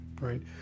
right